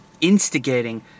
instigating